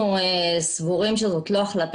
שר הפנים ביקש מן הוועדה לקבל החלטה